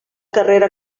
carrera